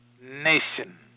nation